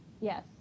yes